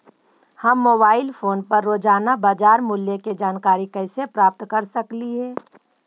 हम mobile phone पर रोजाना बाजार मूल्य के जानकारी कैसे प्राप्त कर सकली हे?